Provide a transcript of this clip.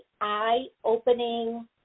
eye-opening